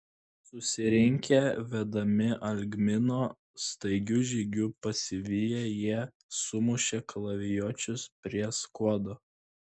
susirinkę vedami algmino staigiu žygiu pasiviję jie sumušė kalavijuočius prie skuodo